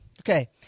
Okay